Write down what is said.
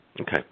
Okay